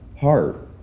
heart